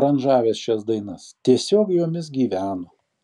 aranžavęs šias dainas tiesiog jomis gyveno